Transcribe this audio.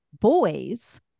boys